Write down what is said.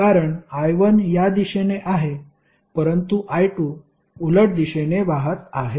कारण I1 या दिशेने आहे परंतु I2 उलट दिशेने वाहत आहे